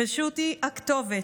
פשוט היא הכתובת.